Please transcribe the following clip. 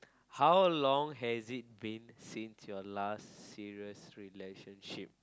how long has it been since your last serious relationship